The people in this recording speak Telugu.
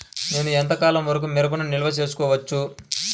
నేను ఎంత కాలం వరకు మిరపను నిల్వ చేసుకోవచ్చు?